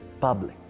public